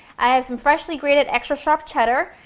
i have some freshly grated extra sharp cheddar,